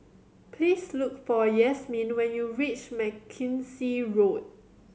please look for Yasmine when you reach Mackenzie Road